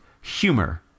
Humor